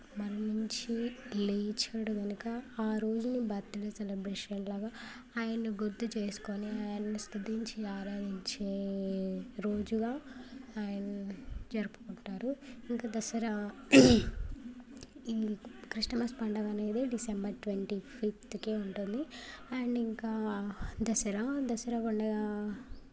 మరణించి లేచినాడు కనుక ఆ రోజు బర్త్డే సెలబ్రేషన్స్ లాగా ఆయనని గుర్తు చేసుకుని ఆయన స్తుతించి ఆరాధించి రోజుగా ఆయన్ని జరుపుకుంటారు ఇంకా దసరా ఈ క్రిస్మస్ పండుగ అనేది డిసెంబర్ ట్వంటీ ఫిఫ్త్ ఉంటుంది అండ్ ఇంకా దసరా దసరా పండుగ